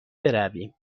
برویم